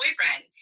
boyfriend